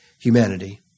humanity